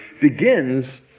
begins